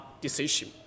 decision